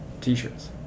t-shirts